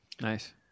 nice